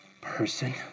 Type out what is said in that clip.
person